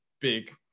big